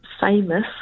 famous